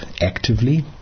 actively